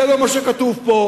זה לא מה שכתוב פה,